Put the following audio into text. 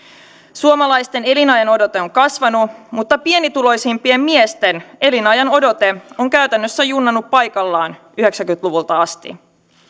suomalaisten elinajanodote on kasvanut mutta pienituloisimpien miesten elinajanodote on käytännössä junnannut paikallaan yhdeksänkymmentä luvulta asti